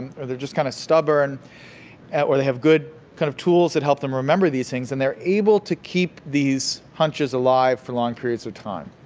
and or they're just kind of stubborn or they have good kind of tools that help them remember these things and they are able to keep these hunches alive for long periods of time.